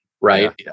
right